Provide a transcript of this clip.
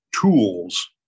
tools